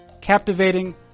Captivating